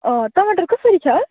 टमटर कसरी छ